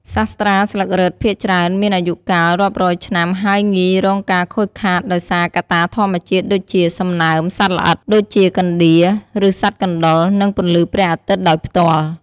សាស្រ្តាស្លឹករឹតភាគច្រើនមានអាយុកាលរាប់រយឆ្នាំហើយងាយរងការខូចខាតដោយសារកត្តាធម្មជាតិដូចជា សំណើម សត្វល្អិត ដូចជា កណ្តៀរ ឬសត្វកណ្តុរ និងពន្លឺព្រះអាទិត្យដោយផ្ទាល់។